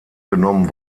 genommen